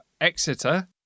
Exeter